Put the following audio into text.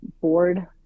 board